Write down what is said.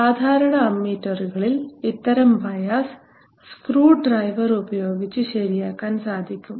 സാധാരണ അമ്മീറ്ററുകളിൽ ഇത്തരം ബയാസ് സ്ക്രൂഡ്രൈവർ ഉപയോഗിച്ച് ശരിയാക്കാൻ സാധിക്കും